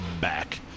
back